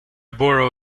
borrow